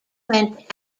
went